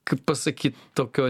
kaip pasakyt tokio